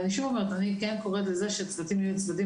אני כן קוראת לכך שהצוותים יהיו צוותים